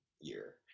year